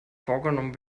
vorgenommen